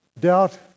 doubt